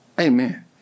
Amen